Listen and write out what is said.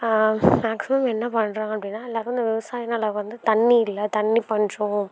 maximum என்ன பண்ணுறாங்க அப்படின்னா எல்லாருக்கும் இந்த விவசாயிங்களை வந்து தண்ணி இல்லை தண்ணி பஞ்சம்